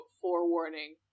forewarning